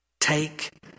Take